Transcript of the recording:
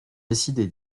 décidé